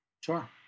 Sure